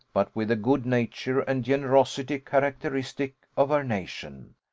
but with the good-nature and generosity characteristic of her nation.